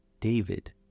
David